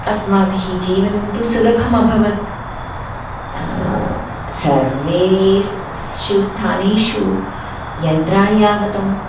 अस्माभिः जीवनं तु सुलभम् अभवत् सर्वेषु स्थानेषु यन्त्राणि आगतम्